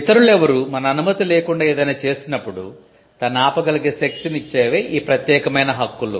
ఇతరులెవరూ మన అనుమతి లేకుండా ఏదైనా చేసినప్పుడు దాన్ని ఆపగలిగే శక్తిని ఇచ్చేవే ఈ ప్రత్యేకమైన హక్కులు